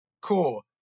Cool